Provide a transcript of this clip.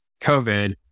COVID